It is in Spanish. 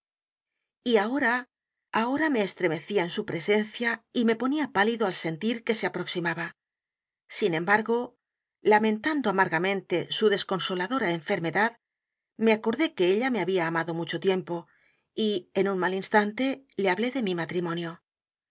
y ahora ahora me estremecía en su presencia y me ponía pálido al sentir que se aproximaba sin embargo lamentando a m a r g a m e n t e su desconsoladora enfermedad me acordé que ella me había amado mucho tiempo y en un mal instante le hablé de mi matrimonio